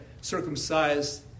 circumcised